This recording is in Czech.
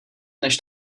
než